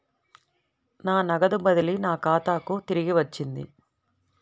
నా నగదు బదిలీ నా ఖాతాకు తిరిగి వచ్చింది